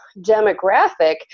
demographic